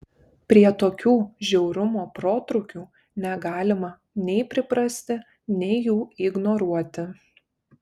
prie tokių žiaurumo protrūkių negalima nei priprasti nei jų ignoruoti